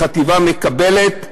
החטיבה מקבלת,